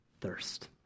thirst